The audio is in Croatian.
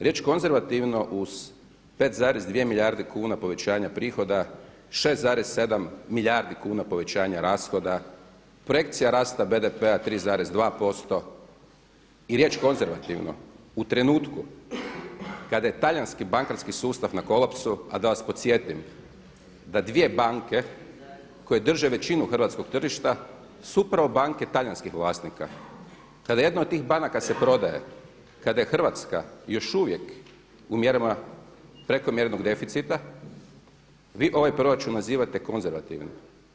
Riječ konzervativno uz 5,2 milijarde kuna povećanja prihoda, 6,7 milijardi kuna povećanja rashoda, projekcija rasta BDP-a 3,2% i riječ konzervativno u trenutku kada je talijanski bankarski sustav na kolapsu, a da vas podsjetim da dvije banke koje drže većinu hrvatskog tržišta su upravo banke talijanskih vlasnika, kada se jedna od tih banaka prodaje, kada je Hrvatska još uvijek u mjerama prekomjernog deficita vi ovaj proračun nazivate konzervativnim.